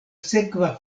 sekva